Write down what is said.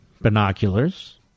binoculars